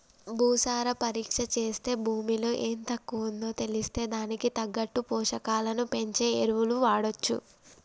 భూసార పరీక్ష చేస్తే భూమిలో ఎం తక్కువుందో తెలిస్తే దానికి తగ్గట్టు పోషకాలను పెంచే ఎరువులు వాడొచ్చు